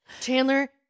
Chandler